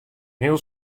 heel